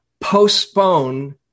postpone